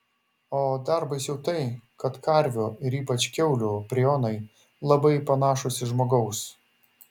o dar baisiau tai kad karvių ir ypač kiaulių prionai labai panašūs į žmogaus